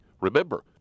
remember